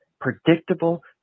Predictable